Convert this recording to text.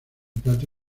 plato